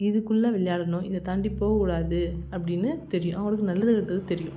இதுக்குள்ளே விளையாடணும் இதை தாண்டி போகக்கூடாது அப்படின்னு தெரியும் அவங்களுக்கு நல்லது கெட்டது தெரியும்